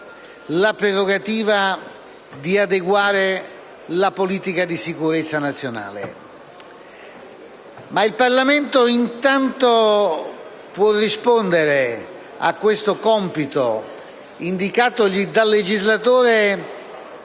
la prerogativa di adeguare la politica di sicurezza nazionale, ma il Parlamento può rispondere a questo compito indicatogli dal legislatore